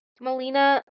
Melina